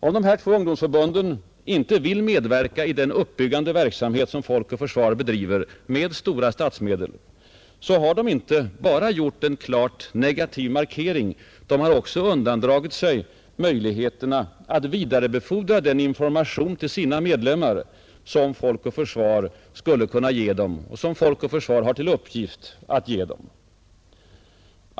Om dessa två ungdomsförbund inte vill medverka i den uppbyggande verksamhet som Folk och försvar bedriver med statsmedel, har de inte bara gjort en klart negativ markering, de har också undandragit sig möjligheterna att vidarebefordra den information till sina medlemmar som Folk och försvar har till uppgift att ge dem.